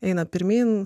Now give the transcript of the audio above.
eina pirmyn